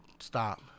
Stop